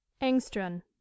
Engström